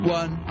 one